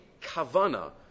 Kavana